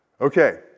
Okay